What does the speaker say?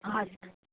हजुर